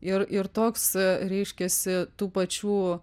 ir ir toks reiškiasi tų pačių